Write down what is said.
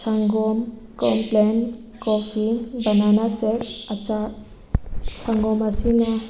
ꯁꯪꯒꯣꯝ Complan coffee ꯕꯅꯅꯥ ꯁꯦꯛ ꯑꯆꯥꯔ ꯁꯪꯒꯣꯝ ꯑꯁꯤꯅ